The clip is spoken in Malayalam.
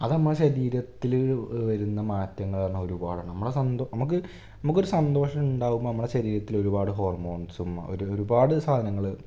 അത് നമ്മളെ ശരീരത്തില് വരുന്ന മാറ്റങ്ങളെന്നാല് ഒരുപാടാണ് നമ്മളെ സന്തോഷം നമുക്ക് നമ്മക്കൊരു സന്തോഷമുണ്ടാകുമ്പോ നമ്മുടെ ശരീരത്തില് ഒരുപാട് ഹോർമോൺസും ഒരുപാട് സാധനങ്ങള്